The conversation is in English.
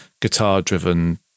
guitar-driven